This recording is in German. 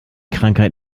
krankheit